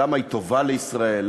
למה היא טובה לישראל,